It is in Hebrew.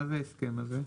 מה זה ההסכם הזה?